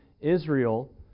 Israel